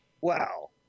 Wow